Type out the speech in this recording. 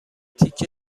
تیکه